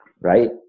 right